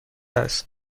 است